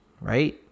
right